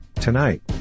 tonight